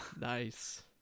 Nice